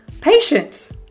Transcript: patience